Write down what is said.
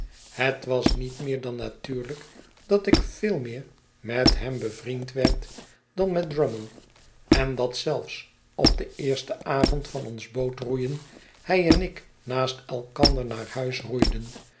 het was niet meer dan natuurlijk dat ik veel meer met hem bevriend werd dan met drummle en dat zelfs op den eersten avond van ons bootroeien hij en ik naast elkandernaarhuisroeiden van